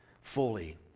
fully